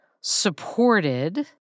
supported